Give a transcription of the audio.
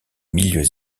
milieux